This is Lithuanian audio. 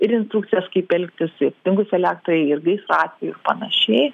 ir instrukcijas kaip elgtis ir dingus elektrai ir gaisro atveju ir panašiai